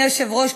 אדוני היושב-ראש,